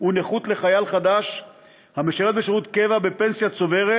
ונכות לחייל חדש המשרת בשירות קבע בפנסיה צוברת